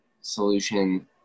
solution